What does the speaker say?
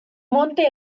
monte